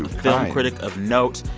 film critic of note